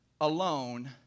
alone